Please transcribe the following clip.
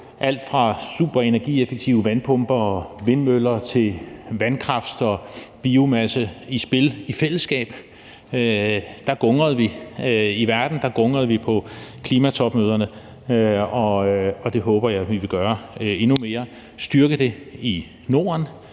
alt fra super energieffektive vandpumper og vindmøller til vandkraft og biomasse i spil i fællesskab. Der gungrede vi i verden, der gungrede vi på klimatopmøderne, og det håber jeg vi vil gøre endnu mere – styrke det i Norden